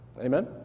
amen